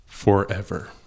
Forever